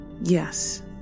Yes